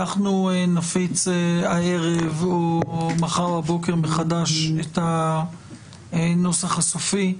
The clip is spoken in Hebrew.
אנחנו נפיץ הערב או מחר בבוקר מחדש את הנוסח הסופי,